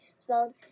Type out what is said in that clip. Spelled